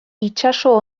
itsaso